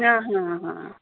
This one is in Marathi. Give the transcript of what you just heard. हां हां हां